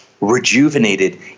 rejuvenated